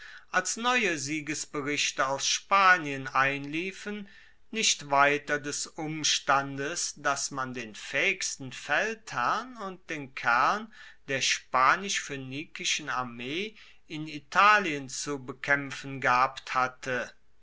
als neue siegesberichte aus spanien einliefen nicht weiter des umstandes dass man den faehigsten feldherrn und den kern der spanisch phoenikischen armee in italien zu bekaempfen gehabt hatte